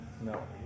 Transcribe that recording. No